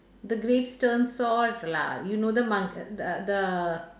the grapes turn sour lah you know the monk~ uh the the